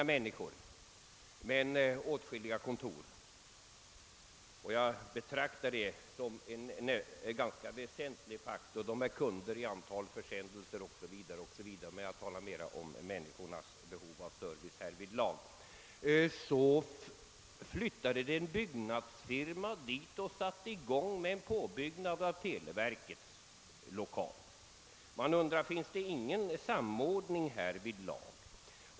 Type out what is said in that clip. Det finns emellertid många industrier i området — där bor inga människor men där är många kontor. Och det är väl en väsentlig faktor; de är stora kunder räknat i antalet försändelser 0. s. v. För min del tänker jag emellertid mera på människornas behov av service. Man undrar: Förekommer det ingen samordning?